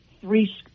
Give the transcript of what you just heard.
three